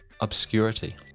obscurity